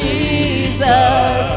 Jesus